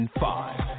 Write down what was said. five